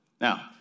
Now